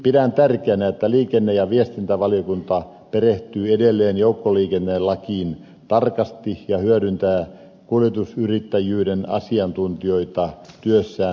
pidän tärkeänä että liikenne ja viestintäva liokunta perehtyy edelleen joukkoliikennelakiin tarkasti ja hyödyntää kuljetusyrittäjyyden asiantuntijoita työssään lisää